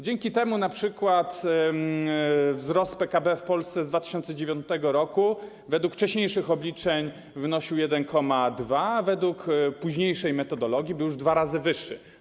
Dzięki temu np. wzrost PKB w Polsce w 2009 r. wg wcześniejszych obliczeń wynosił 1,2%, wg późniejszej metodologii był już dwa razy wyższy.